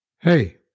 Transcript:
Hey